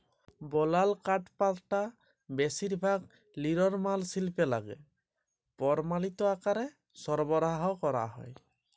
বলাল কাঠপাটা বেশিরভাগ লিরমাল শিল্পে লাইগে পরমালিত আকারে সরবরাহ ক্যরা হ্যয়